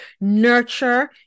nurture